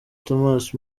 thomas